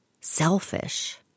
selfish